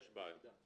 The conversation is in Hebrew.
יש בעיה.